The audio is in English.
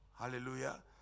Hallelujah